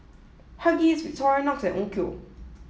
Huggies Victorinox and Onkyo